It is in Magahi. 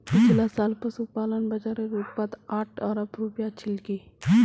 पिछला साल पशुपालन बाज़ारेर उत्पाद आठ अरब रूपया छिलकी